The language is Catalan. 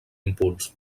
impuls